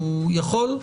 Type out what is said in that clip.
הוא יכול?